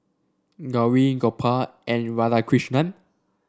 Gauri Gopal and Radhakrishnan